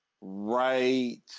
right